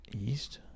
East